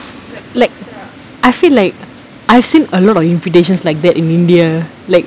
like I feel like I've seen a lot of invitations like that in india like